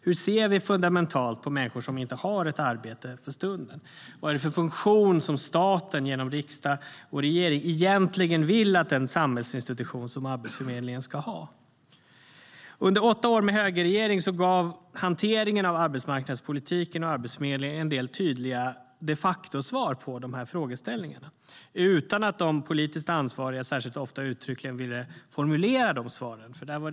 Hur ser vi fundamentalt på människor som inte har ett arbete för stunden? Vad är det för funktion som staten, genom riksdag och regering, egentligen vill att en samhällsinstitution som Arbetsförmedlingen ska ha? Under åtta år med högerregering gav hanteringen av arbetsmarknadspolitiken och Arbetsförmedlingen en del tydliga de-facto-svar på de här frågeställningarna, utan att de politiskt ansvariga särskilt ofta uttryckligen ville formulera dessa svar.